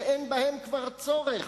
שאין בהם כבר צורך.